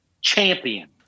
champion